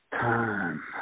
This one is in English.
time